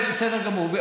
בסדר גמור.